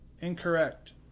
Incorrect